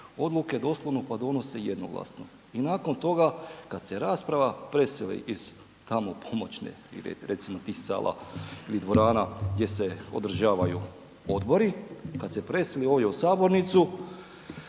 odluke doslovno pa donose jednoglasno i nakon toga kad se rasprava preseli iz tamo pomoćne ili recimo iz tih sala ili dvorana gdje se održavaju odbori, kad se preseli ovdje u sabornicu,